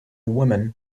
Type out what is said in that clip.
woman